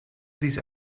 these